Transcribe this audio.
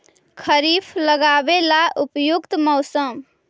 खरिफ लगाबे ला उपयुकत मौसम?